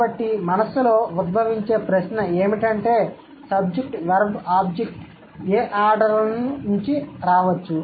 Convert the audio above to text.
కాబట్టి మనస్సులో ఉద్భవించే ప్రశ్న ఏమిటంటే SVO ఏ ఆర్డర్ల నుండి రావచ్చు